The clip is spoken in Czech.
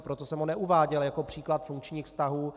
Proto jsem ho neuváděl jako příklad funkčních vztahů.